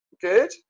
Good